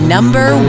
Number